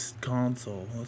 console